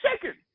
chicken